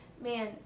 Man